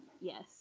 yes